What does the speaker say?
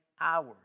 hours